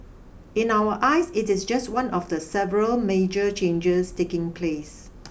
in our eyes it is just one of the several major changes taking place